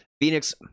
Phoenix